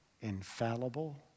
infallible